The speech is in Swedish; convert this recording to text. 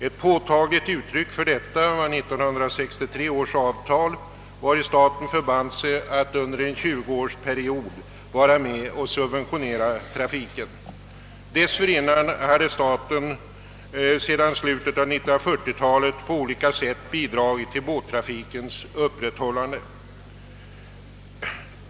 Ett påtagligt uttryck för detta var 1963 års avtal, vari staten förband sig att under en 20-årsperiod vara med och subventionera trafiken i Stockholms skärgård. Dessförinnan hade staten sedan slutet av 1940-talet på olika sätt bidragit till båttrafikens upprätthållande.